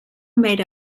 made